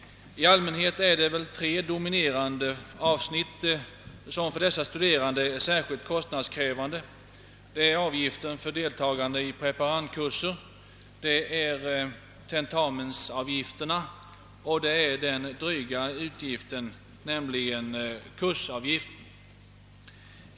I allmänhet är det tre dominerande avsnitt, som för dessa studerande är särskilt kostnadskrävande. Det är avgiften för deltagande i preparandkurser, det är tentamensavgifterna och den dryga kursavgiften.